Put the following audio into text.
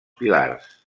pilars